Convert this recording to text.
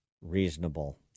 reasonable